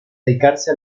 dedicarse